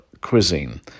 cuisine